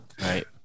Right